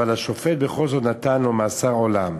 והשופט בכל זאת נתן לו מאסר עולם.